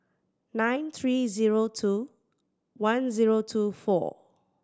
nine three zero two one zero two four